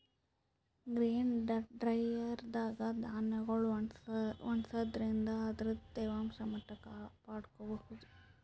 grain dryer ದಾಗ್ ಧಾನ್ಯಗೊಳ್ ಒಣಗಸಾದ್ರಿನ್ದ ಅದರ್ದ್ ತೇವಾಂಶ ಮಟ್ಟ್ ಕಾಪಾಡ್ಕೊಭೌದು